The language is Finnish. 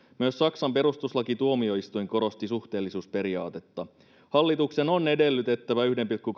myös saksan perustuslakituomioistuin korosti suhteellisuusperiaatetta hallituksen on edellytettävä yhden pilkku